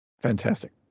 Fantastic